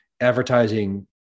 advertising